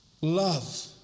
Love